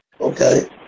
Okay